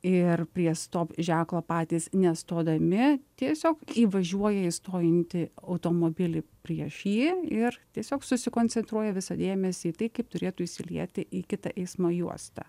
ir prie stop ženklo patys nestodami tiesiog įvažiuoja į stovintį automobilį prieš jį ir tiesiog susikoncentruoja visą dėmesį į tai kaip turėtų įsilieti į kitą eismo juostą